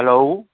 hello